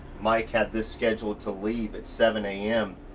mike had this scheduled to leave at seven am.